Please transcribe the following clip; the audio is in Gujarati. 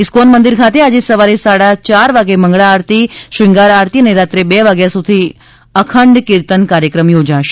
ઈસ્કોન મંદિર ખાતે આજે સવારે સાડા ચાર વાગ્યે મંગળા આરતી શ્રંગાર આરતી અને રાત્રે બે વાગ્યા સુધી અખંડ કીર્તન કાર્યક્રમ યોજાશે